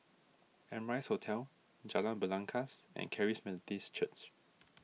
Amrise Hotel Jalan Belangkas and Charis Methodist Church